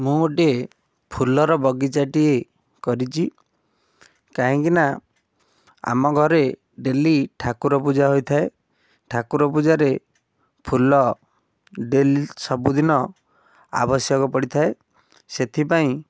ମୁଁ ଗୋଟେ ଫୁଲର ବଗିଚାଟିଏ କରିଛି କାହିଁକିନା ଆମ ଘରେ ଡେଲି ଠାକୁର ପୂଜା ହୋଇଥାଏ ଠାକୁର ପୂଜାରେ ଫୁଲ ଡେଲି ସବୁଦିନ ଆବଶ୍ୟକ ପଡ଼ିଥାଏ ସେଥିପାଇଁ